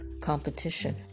competition